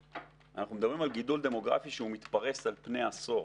אנחנו מדברים על גידול דמוגרפי שמתפרס על פני עשור.